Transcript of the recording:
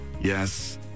Yes